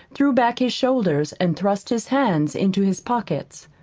threw back his shoulders, and thrust his hands into his pockets.